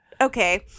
Okay